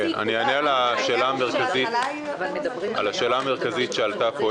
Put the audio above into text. אענה על השאלה המרכזית שעלתה פה,